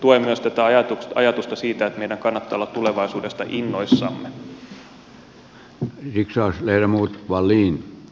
tuen myös tätä ajatusta että meidän kannattaa olla tulevaisuudesta innoissamme